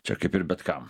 čia kaip ir bet kam